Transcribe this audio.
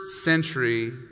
century